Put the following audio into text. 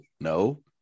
no